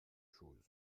choses